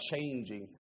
changing